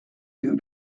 two